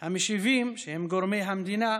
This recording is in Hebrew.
"המשיבים" שהם גורמי המדינה,